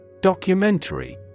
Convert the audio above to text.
Documentary